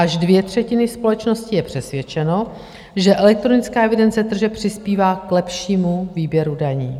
Až dvě třetiny společnosti jsou přesvědčeny, že elektronická evidence tržeb přispívá k lepšímu výběru daní.